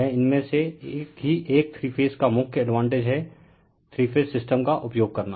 यह इनमें से एक थ्री फेज का मुख्य एडवांटेज है थ्री फेज सिस्टम का उपयोग करना